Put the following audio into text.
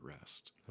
rest